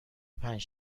پنج